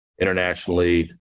internationally